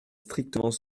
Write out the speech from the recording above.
strictement